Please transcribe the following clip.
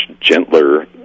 gentler